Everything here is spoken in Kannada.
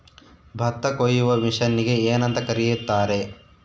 ಭತ್ತ ಕೊಯ್ಯುವ ಮಿಷನ್ನಿಗೆ ಏನಂತ ಕರೆಯುತ್ತಾರೆ?